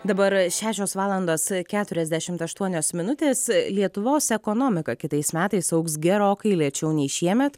dabar šešios valandos keturiasdešimt aštuonios minutės lietuvos ekonomika kitais metais augs gerokai lėčiau nei šiemet